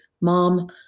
mom